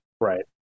Right